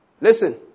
Listen